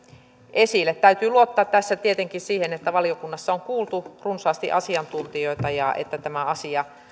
esille täytyy luottaa tässä tietenkin siihen että valiokunnassa on kuultu runsaasti asiantuntijoita ja että tämä asia